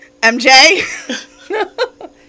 MJ